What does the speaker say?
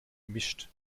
mischt